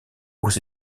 aux